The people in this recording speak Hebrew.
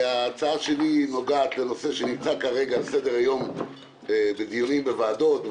ההצעה שלי נוגעת לנושא שנמצא כרגע על סדר היום בדיונים בוועדות.